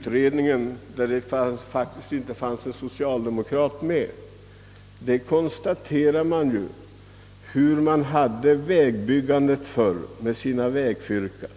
— i vilken det faktiskt inte fanns en enda socialdemokrat med — redogör för förhållandena på den tiden, då väghållningen var baserad på vägfyrkar.